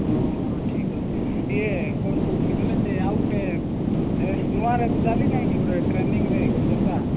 ଓ ହଁ ଠିକ୍ ଅଛି ଇଏ କ'ଣ କହୁଥିଲି କହିଲେ ସେ ଆଉ ଗୋଟେ ଏ ନୂଆରେ ଚାଲି ନାହିଁ କି ଗୋଟେ ଟ୍ରେନିଙ୍ଗରେ ଗୋଟେ ଜୋତା